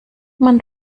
man